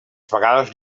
vegades